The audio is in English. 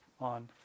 on